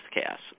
chaos